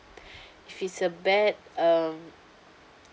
if it's a bad uh